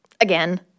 Again